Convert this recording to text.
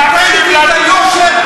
אין שום דבר אחר.